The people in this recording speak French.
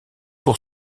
pour